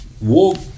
walk